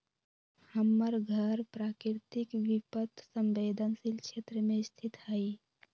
हमर घर प्राकृतिक विपत संवेदनशील क्षेत्र में स्थित हइ